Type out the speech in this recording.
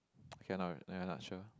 cannot no you're not sure